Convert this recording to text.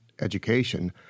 education